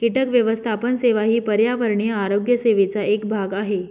कीटक व्यवस्थापन सेवा ही पर्यावरणीय आरोग्य सेवेचा एक भाग आहे